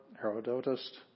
Herodotus